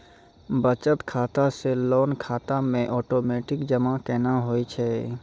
बचत खाता से लोन खाता मे ओटोमेटिक जमा केना होय छै?